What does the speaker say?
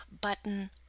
button